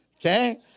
okay